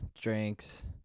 drinks